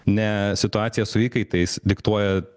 ne situacija su įkaitais diktuoja